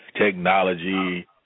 technology